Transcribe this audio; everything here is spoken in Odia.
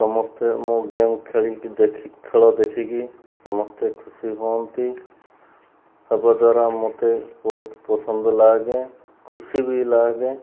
ସମସ୍ତେ ମୋ ଗେମ୍ ଖେଳ ଦେଖିକି ସମସ୍ତେ ଖୁସି ହୁଅନ୍ତି ହେବା ଦ୍ୱାରା ମୋତେ ବହୁତ ପସନ୍ଦ ଲାଗେ ଖୁସି ବି ଲାଗେ